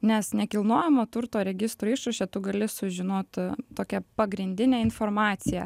nes nekilnojamo turto registro išraše tu gali sužinot tokią pagrindinę informaciją